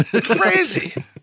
Crazy